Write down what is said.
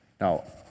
Now